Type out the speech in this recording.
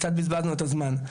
קצת בזבזנו את הזמן,